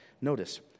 Notice